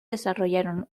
desarrollaron